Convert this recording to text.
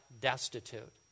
destitute